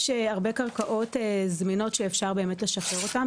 יש הרבה קרקעות זמינות שאפשר באמת לשחרר אותן,